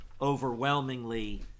overwhelmingly